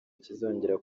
kizongera